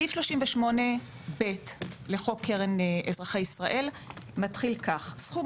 סעיף 38(ב) לחוק קרן אזרחי ישראל מתחיל כך: "סכום